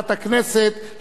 חבר הכנסת גפני,